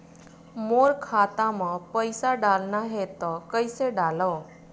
मोर खाता म पईसा डालना हे त कइसे डालव?